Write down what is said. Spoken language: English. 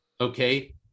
okay